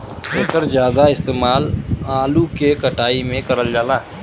एकर जादा इस्तेमाल आलू के कटाई में करल जाला